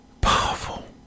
Powerful